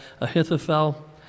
Ahithophel